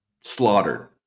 slaughtered